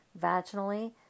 vaginally